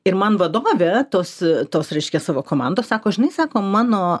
ir man vadovė tos tos reiškia savo komandos sako žinai sako mano